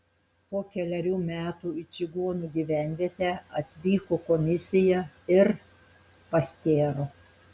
po kelerių metų į čigonų gyvenvietę atvyko komisija ir pastėro